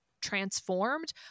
transformed